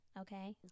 Okay